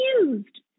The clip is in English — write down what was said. confused